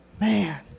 Man